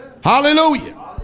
hallelujah